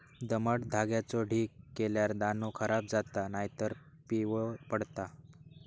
दमट धान्याचो ढीग केल्यार दाणो खराब जाता नायतर पिवळो पडता